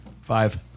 Five